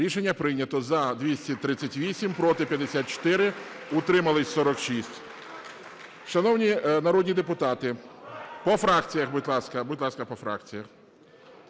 Рішення прийнято. За – 238, проти – 54, утримались – 46. Шановні народні депутати! По фракціях, будь ласка. Будь ласка, по фракціях.